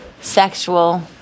Sexual